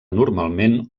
normalment